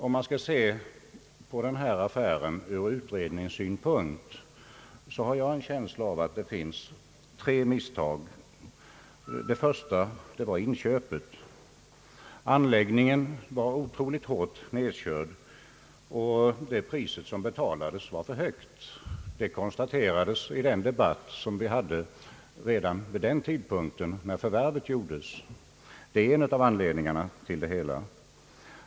Om vi skall se på denna affär ur utredningssynpunkt, finner vi att det är tre misstag som begåtts. Det första var inköpet. Anläggningen var otroligt hårt nerkörd, och det pris som betalades var alltför högt. Detta konstaterades i den debatt som ägde rum redan vid den tidpunkt då förvärvet gjordes. Det är en av anledningarna till det hela.